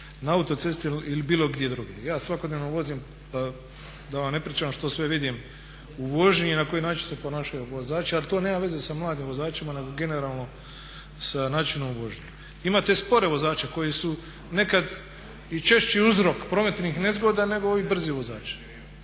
na autocesti ili bilo gdje drugdje. Ja svakodnevno vozim, pa da vam ne pričam što sve vidim u vožnji i na koji način se ponašaju vozači ali to nema veze sa mladim vozačima nego generalno sa načinom vožnje. Imate spore vozače koji su nekad i češći uzrok prometnih nezgoda nego ovi brzi vozači.